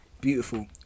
Beautiful